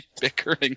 bickering